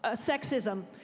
ah sexism.